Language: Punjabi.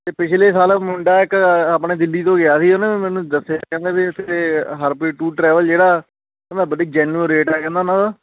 ਅਤੇ ਪਿਛਲੇ ਸਾਲ ਮੁੰਡਾ ਇੱਕ ਆਪਣੇ ਦਿੱਲੀ ਤੋਂ ਗਿਆ ਸੀ ਉਹਨੇ ਮੈਨੂੰ ਦੱਸਿਆ ਕਹਿੰਦਾ ਵੀ ਉੱਥੇ ਹਰਪ੍ਰੀਤ ਟੂਰ ਟਰੈਵਲ ਜਿਹੜਾ ਕਹਿੰਦਾ ਬੜਾ ਜੈਨਿਉਨ ਰੇਟ ਹੈ ਕਹਿੰਦਾ ਉਹਨਾਂ ਦਾ